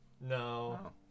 No